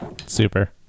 Super